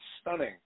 stunning